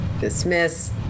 Dismiss